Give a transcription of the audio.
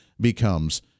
becomes